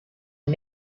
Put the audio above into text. and